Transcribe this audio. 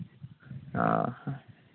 ᱚ ᱦᱮᱸ